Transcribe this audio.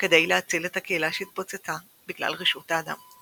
כדי להציל את הקהילה שהתפוצצה בגלל רשעות האדם.